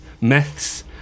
myths